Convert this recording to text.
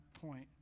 point